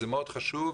וזה מאוד חשוב,